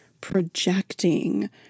projecting